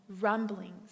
rumblings